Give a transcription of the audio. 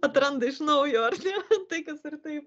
atranda iš naujo ar ne tai kas ir taip